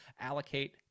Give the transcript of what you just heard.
allocate